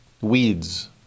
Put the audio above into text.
weeds